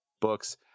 books